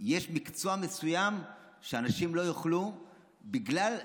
יש מקצוע מסוים שאנשים לא יוכלו לקיים בגלל,